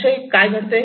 असे काय घडले